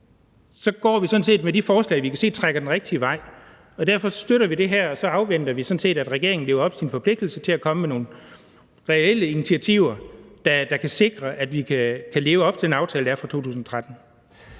sådan set med de forslag, vi kan se trækker den rigtige vej. Og derfor støtter vi det her, og så afventer vi sådan set, at regeringen lever op til sine forpligtelser til at komme med nogle reelle initiativer, der kan sikre, at vi kan leve op til den aftale, der er fra 2013.